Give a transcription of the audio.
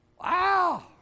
Wow